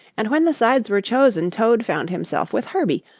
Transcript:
and when the sides were chosen toad found himself with herbie,